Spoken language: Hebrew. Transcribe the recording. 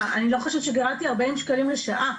אני לא חושבת שגירדתי 40 שקלים לשעה.